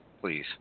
please